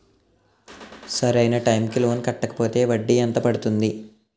సరి అయినా టైం కి లోన్ కట్టకపోతే వడ్డీ ఎంత పెరుగుతుంది?